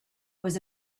was